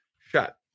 shut